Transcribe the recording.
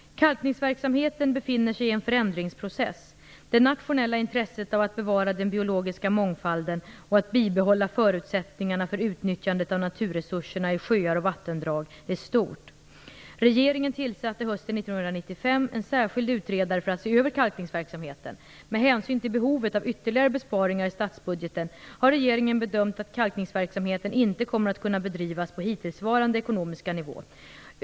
Kalkningsverksamheten befinner sig i en förändringsprocess. Det nationella intresset av att bevara den biologiska mångfalden och att bibehålla förutsättningarna för utnyttjandet av naturresurserna i sjöar och vattendrag är stort. Regeringen tillsatte hösten 1995 en särskild utredare för att se över kalkningsverksamheten. Med hänsyn till behovet av ytterligare besparingar i statsbudgeten har regeringen bedömt att kalkningsverksamheten inte kommer att kunna bedrivas på hittillsvarande ekonomiska nivå.